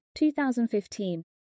2015